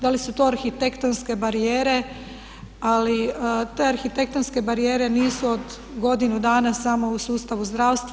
Da li su to arhitektonske barijere, ali te arhitektonske barijere nisu od godinu dana samo u sustavu zdravstva.